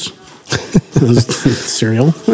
cereal